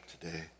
today